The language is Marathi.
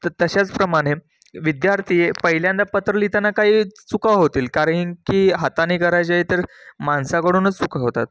तर तशाच प्रमाणे विद्यार्थी पहिल्यांदा पत्र लिहिताना काही चुका होतील कारण की हाताने करायचे तर माणसाकडूनच चुका होतात